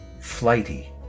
flighty